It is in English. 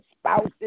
spouses